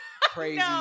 crazy